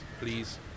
please